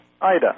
Ida